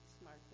smart